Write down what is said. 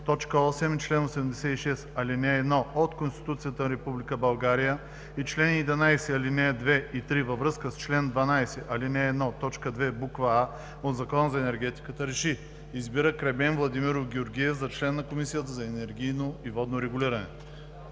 т. 8 и чл. 86, ал. 1 от Конституцията на Република България и чл. 11, ал. 2 и 3 във връзка с чл. 12, ал. 1, т. 2, буква „а“ от Закона за енергетиката РЕШИ: Избира Кремен Владимиров Георгиев за член на Комисията за енергийно и водно регулиране.“